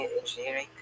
engineering